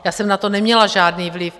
Já jsem na to neměla žádný vliv.